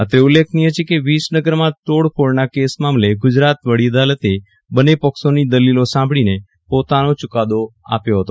અત્રે ઉલ્લેખનીય છે કે વીસનગરમા તોડફોડના કેસ મામલે ગુજરાત વડી અદાલતે બન્ન પક્ષોનો દલીલો સાંભળીને પોતાનો ચકાદો આપ્યો હતો